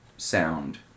Sound